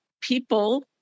people